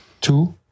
two